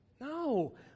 No